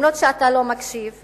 גם אם אתה לא מקשיב,